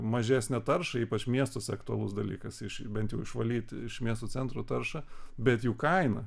mažesnę taršą ypač miestuose aktualus dalykas iš bent jau išvalyt iš miesto centro taršą bet jų kaina